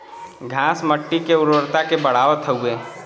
घास मट्टी के उर्वरता के बढ़ावत हउवे